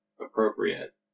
appropriate